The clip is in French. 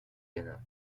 ghana